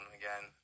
again